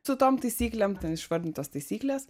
su tom taisyklėm ten išvardintos taisyklės